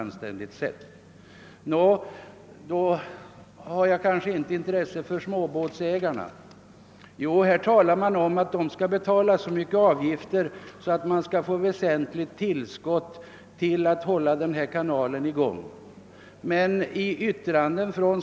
Nå, då har jag kanske inte intresse för småbåtsägarna? Här talas det om att de kommer att betala så stora avgifter att det blir ett väsentligt tillskott för att täcka kostnaderna för att hålla kanalen i gång.